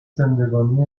زندگانی